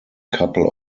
couple